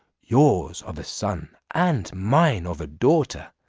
yours of a son, and mine of a daughter,